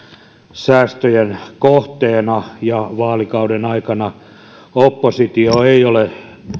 säästöjen kohteena ja vaalikauden aikana oppositio ei ole